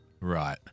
Right